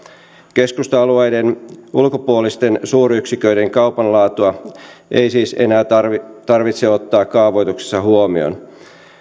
keskusta alueiden ulkopuolisten suuryksiköiden kaupan laatua ei siis enää tarvitse ottaa kaavoituksessa huomioon